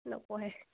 নপঢ়ে